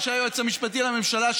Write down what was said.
אנשי היועץ המשפטי לממשלה,